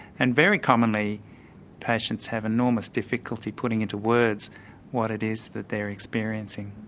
and very commonly patients have enormous difficulty putting into words what it is that they're experiencing.